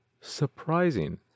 surprising